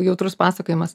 jautrus pasakojimas